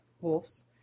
wolves